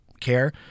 care